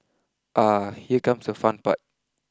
ah here comes the fun part